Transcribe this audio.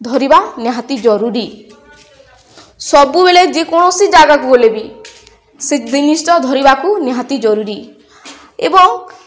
ଧରିବା ନିହାତି ଜରୁରୀ ସବୁବେଲେ ଯେକୌଣସି ଜାଗାକୁ ଗଲେ ବି ସେ ଜିନିଷଟ ଧରିବାକୁ ନିହାତି ଜରୁରୀ ଏବଂ